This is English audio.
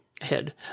head